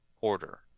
order